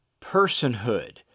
personhood